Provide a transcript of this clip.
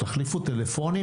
תחליפו טלפונים,